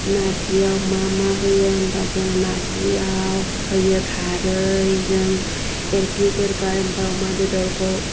नारजिआव मा मा होयो होनबा जोङो नारजिआव होयो खारैजों एवग्लिग्रोबाय ओमफ्राय अमा बेदरखौ